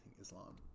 islam